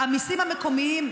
המיסים המקומיים,